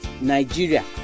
Nigeria